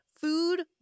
food